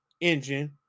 engine